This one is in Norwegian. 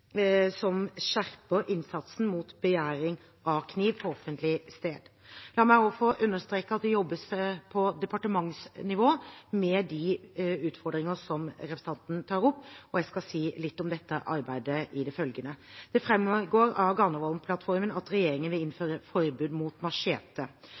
mot bæring av kniv på offentlig sted. La meg også få understreke at det jobbes på departementsnivå med de utfordringer som representantene tar opp, og jeg skal si litt om dette arbeidet i det følgende. Det framgår av Granavolden-plattformen at regjeringen vil